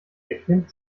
erklimmt